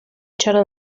چرا